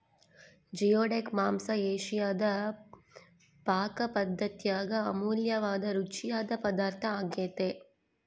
geoduck ಮಾಂಸ ಏಷಿಯಾದ ಪಾಕಪದ್ದತ್ಯಾಗ ಅಮೂಲ್ಯವಾದ ರುಚಿಯಾದ ಪದಾರ್ಥ ಆಗ್ಯೆತೆ